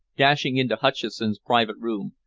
dashing into hutcheson's private room,